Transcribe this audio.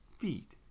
feet